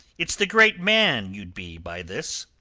it's the great man you'd be by this.